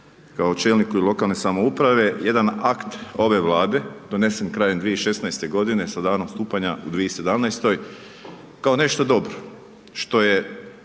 kao čelniku i lokalne samouprave jedan akt ove Vlade donesen krajem 2016. godine sa danom stupanja u 2017., kao nešto dobro što je,